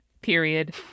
period